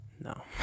No